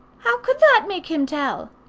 how could that make him tell?